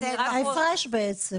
ההפרש בעצם.